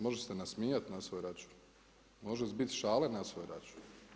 Može se nasmijati na svoj račun, može zbit šale na svoj račun.